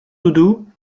doudou